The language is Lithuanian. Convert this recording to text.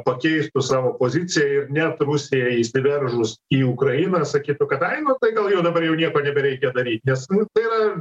pakeistų savo poziciją ir net rusijai įsiveržus į ukrainą sakytų kad ai nu tai gal jau dabar jau nieko nebereikia daryti nes nu tai yra